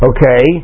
Okay